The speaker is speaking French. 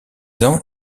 ans